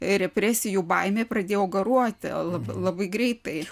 represijų baimė pradėjo garuoti lab labai greitai